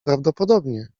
prawdopodobnie